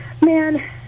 Man